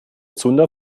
zunder